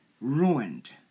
ruined